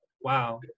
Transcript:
wow